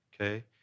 okay